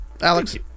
Alex